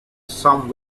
some